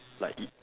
like i~